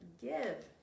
give